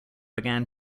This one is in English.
began